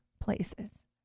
places